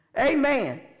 amen